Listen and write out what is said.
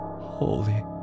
Holy